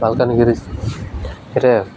ମାଲକାନଗିରିରେ